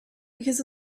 because